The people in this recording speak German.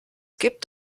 gibt